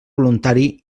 voluntari